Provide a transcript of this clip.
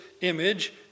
image